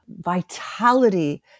vitality